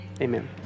amen